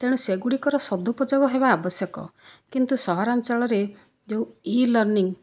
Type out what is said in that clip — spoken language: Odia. ତେଣୁ ସେଗୁଡ଼ିକର ସଦୁପଯୋଗ ହେବା ଆବଶ୍ୟକ କିନ୍ତୁ ସହରାଞ୍ଚଳରେ ଯେଉଁ ଇ ଲର୍ଣ୍ଣିଂ